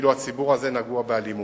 כאילו הציבור הזה נגוע באלימות.